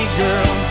girl